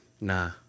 Nah